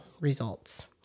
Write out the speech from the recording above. results